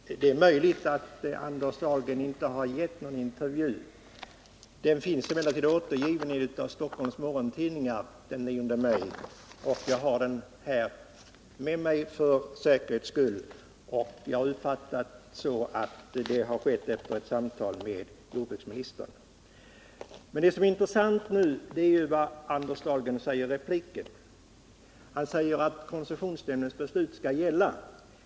Herr talman! Det är möjligt att Anders Dahlgren inte har gett någon intervju — den finns emellertid återgiven i en av Stockholms morgontidningar av den 9 maj. För säkerhets skull tog jag tidningen med mig hit. Jag uppfattar det ändå så att man har publicerat uppgifterna efter ett samtal med jordbruksministern. Men det som är intressant nu är ju vad Anders Dahlgren säger i sin replik, nämligen att koncessionsnämndens beslut skall gälla.